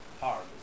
hard